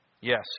Yes